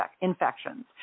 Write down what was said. infections